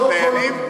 לדיינים?